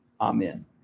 Amen